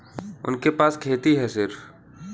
उनके पास खेती हैं सिर्फ